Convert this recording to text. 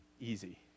easy